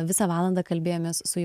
visą valandą kalbėjomės su